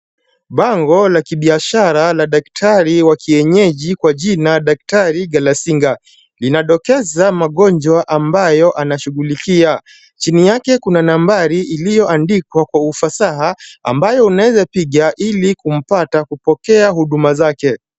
Bango la kibiashara la daktari wa kienyeji kwa jina daktari Galasinga. Linadokeza magonjwa ambayo anashughulikia. Chini yake kuna nambari iliyoandikwa kwa ufasaha, ambayo unaweza piga ili kumpata kupokea huduma zake.